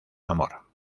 amor